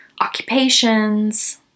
occupations